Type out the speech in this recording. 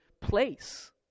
place